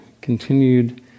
continued